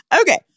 Okay